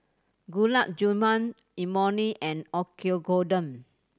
Gulab Jamun Imoni and Oyakodon